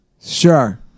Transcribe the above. Sure